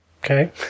Okay